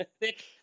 thick